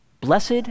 blessed